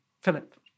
Philip